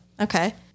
Okay